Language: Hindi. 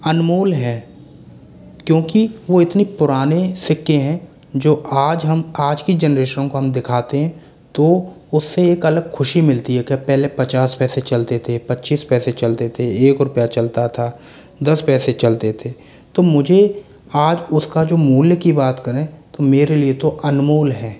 अनमोल है क्योंकि वो इतने पुराने सिक्के हैं जो आज हम आज की जनरेशन को हम दिखाते हैं तो उससे एक अलग खुशी मिलती है कि पहले पचास पैसे चलते थे पच्चीस पैसे चलते थे एक रुपया चलता था दस पैसे चलते थे तो मुझे आज उसका जो मूल्य की बात करें तो मेरे लिए तो अनमोल हैं